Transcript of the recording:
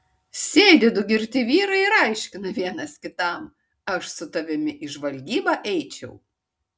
sėdi du girti vyrai ir aiškina vienas kitam aš su tavimi į žvalgybą eičiau